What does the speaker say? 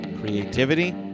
creativity